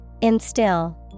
Instill